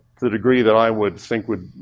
to the degree that i would think would